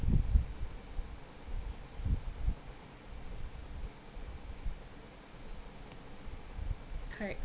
correct